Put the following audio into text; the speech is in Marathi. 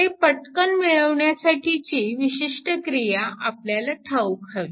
ते पटकन मिळविण्यासाठीची विशिष्ट क्रिया आपल्याला ठाऊक हवी